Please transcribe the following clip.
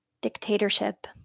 dictatorship